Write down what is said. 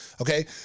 Okay